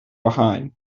behind